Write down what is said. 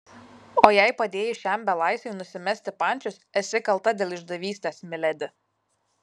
o jei padėjai šiam belaisviui nusimesti pančius esi kalta dėl išdavystės miledi